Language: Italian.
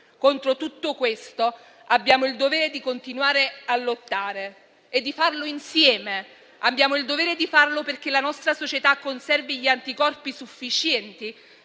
Contro tutto questo abbiamo il dovere di continuare a lottare e di farlo insieme. Abbiamo il dovere di farlo perché la nostra società conservi gli anticorpi sufficienti